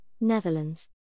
Netherlands